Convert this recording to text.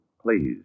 please